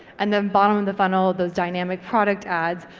and then bottom of the funnel, those dynamic product ads.